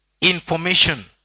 information